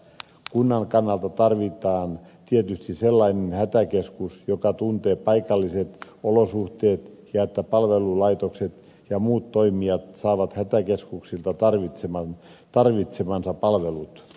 kunnan kannalta tarvitaan tietysti sellainen hätäkeskus joka tuntee paikalliset olosuhteet ja sellainen että palvelulaitokset ja muut toimijat saavat hätäkeskuksilta tarvitsemansa palvelut